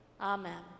Amen